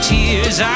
tears